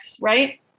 right